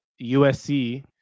USC